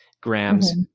grams